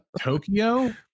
Tokyo